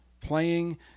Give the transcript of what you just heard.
playing